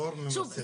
שוב,